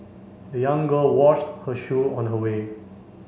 the young girl washed her shoe on her way